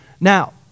Now